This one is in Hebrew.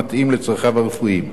המתאים לצרכיו הרפואיים.